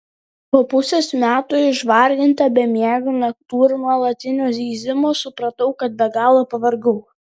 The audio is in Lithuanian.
po pusės metų išvarginta bemiegių naktų ir nuolatinio zyzimo supratau kad be galo pavargau